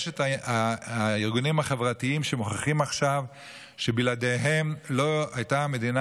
יש את הארגונים החברתיים שמוכיחים עכשיו שבלעדיהם לא הייתה המדינה,